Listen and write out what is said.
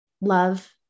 Love